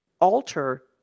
alter